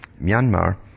Myanmar